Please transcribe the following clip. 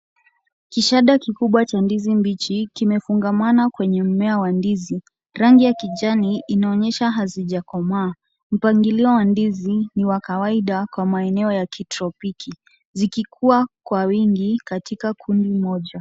Kishada kikubwa cha ndizi mbichi kimefungamana kwenye mmea wa ndizi. Rangi ya kijani inaonyesha hazijakomaa. Mpangilio wa ndizi ni wa kawaida kwa maeneo ya kitropiki, zikikua kwa wingi katika kundi moja.